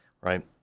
right